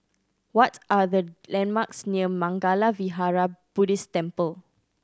what are the landmarks near Mangala Vihara Buddhist Temple